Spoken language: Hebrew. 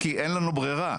כי אין לנו ברירה.